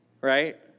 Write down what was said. right